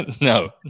No